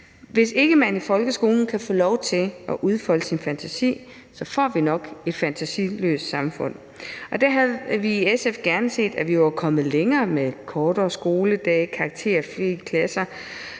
Hvis ikke man i folkeskolen kan få lov til at udfolde sin fantasi, får vi nok et fantasiløst samfund. Og der havde SF gerne set, at vi var kommet længere med kortere skoledage og karakterfrie klasser,